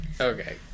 Okay